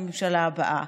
והממשלה הבאה.